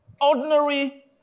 ordinary